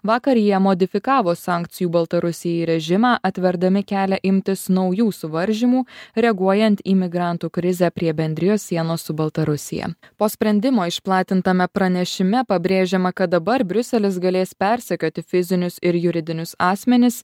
vakar jie modifikavo sankcijų baltarusijai režimą atverdami kelią imtis naujų suvaržymų reaguojant į migrantų krizę prie bendrijos sienos su baltarusija po sprendimo išplatintame pranešime pabrėžiama kad dabar briuselis galės persekioti fizinius ir juridinius asmenis